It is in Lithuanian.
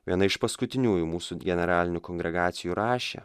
viena iš paskutiniųjų mūsų generalinių kongregacijų rašė